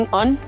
on